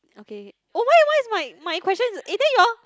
okay okay oh why why is my my question it is your